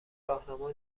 راهنما